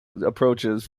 approaches